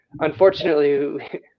unfortunately